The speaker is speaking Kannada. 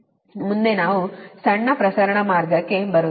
ಮುಂದೆ ನಾವು ಮೊದಲ ಸಣ್ಣ ಪ್ರಸರಣ ಮಾರ್ಗಕ್ಕೆ ಬರುತ್ತೇವೆ